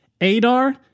Adar